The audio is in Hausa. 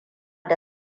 da